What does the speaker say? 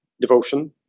devotion